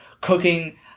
cooking